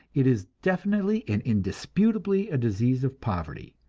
it is definitely and indisputably a disease of poverty.